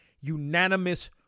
unanimous